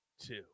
two